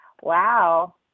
Wow